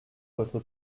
votre